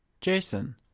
Jason